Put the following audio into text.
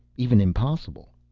even impossible.